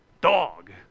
dog